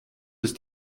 ist